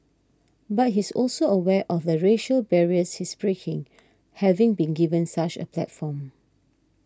but he's also aware of the racial barriers he's breaking having been given such a platform